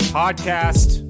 podcast